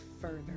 further